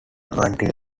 until